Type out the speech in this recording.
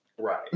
right